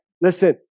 Listen